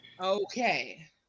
Okay